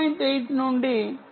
8 నుండి 3